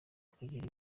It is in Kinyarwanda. kugira